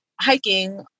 hiking